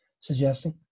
suggesting